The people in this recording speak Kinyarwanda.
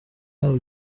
yabo